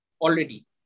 already